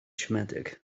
siomedig